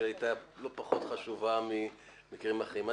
שהייתה לא פחות חשובה ממקרים אחרים.